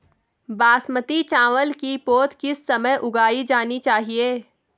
बासमती चावल की पौध किस समय उगाई जानी चाहिये?